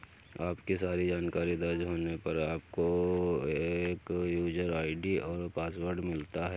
आपकी सारी जानकारी दर्ज होने पर, आपको एक यूजर आई.डी और पासवर्ड मिलता है